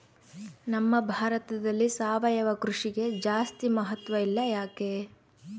ನಮ್ಮ ಭಾರತದಲ್ಲಿ ಸಾವಯವ ಕೃಷಿಗೆ ಜಾಸ್ತಿ ಮಹತ್ವ ಇಲ್ಲ ಯಾಕೆ?